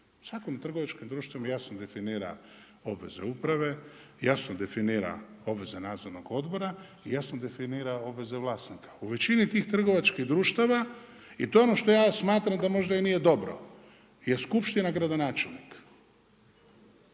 Svako trgovačko društvo jasno definira obveze uprave, jasno definira obveze nadzornog odbora i jasno definira obveze vlasnika. U većini tih trgovačkih društava i to je ono što ja smatram da možda i nije dobro je skupština, gradonačelnik